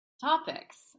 topics